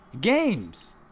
games